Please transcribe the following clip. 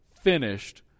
finished